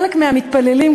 חלק מהמתפללים,